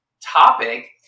topic